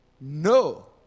no